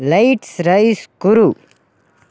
lights race कुरु